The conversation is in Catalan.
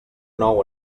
nou